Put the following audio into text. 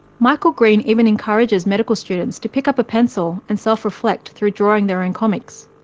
michael green even encourages medical students to pick up a pencil and self-reflect through drawing their own comics.